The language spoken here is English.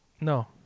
No